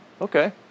okay